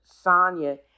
Sonya